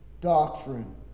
doctrine